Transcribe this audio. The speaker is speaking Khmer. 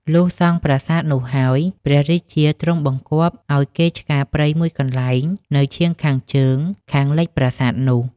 លុះសង់ប្រាសាទនោះហើយ ព្រះរាជាទ្រង់បង្គាប់ឲ្យគេឆ្ការព្រៃមួយកន្លែង នៅឈាងខាងជើងខាងលិចប្រាសាទនោះ